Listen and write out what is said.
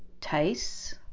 tastes